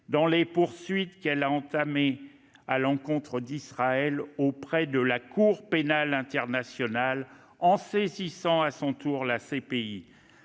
dans les poursuites qu'elle a entamées à l'encontre d'Israël auprès de la Cour pénale internationale en saisissant à son tour la CPI,